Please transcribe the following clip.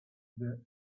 there